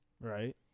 Right